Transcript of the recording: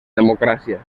democràcia